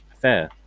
fair